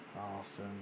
Austin